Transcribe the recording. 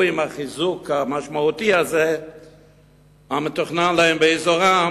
עם החיזוק המשמעותי הזה המתוכנן להם באזורם,